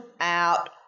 out